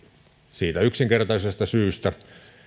siitä yksinkertaisesta syystä